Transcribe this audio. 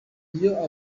iyo